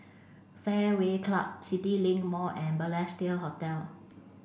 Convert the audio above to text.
Fairway Club CityLink Mall and Balestier Hotel